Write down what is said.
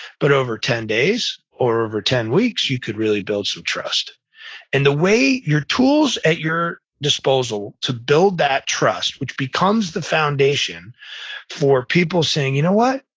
but over ten days, or over ten weeks, you could really build some trust and the way your tools at your disposal to build that trust, which becomes the foundation for people saying, you know what?